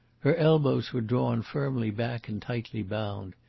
her elbows were drawn firmly back and tightly bound.